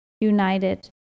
united